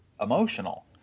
emotional